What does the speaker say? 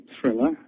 thriller